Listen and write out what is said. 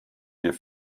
wir